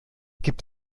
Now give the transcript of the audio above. gibt